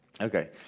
Okay